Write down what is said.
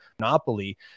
monopoly